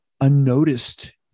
unnoticed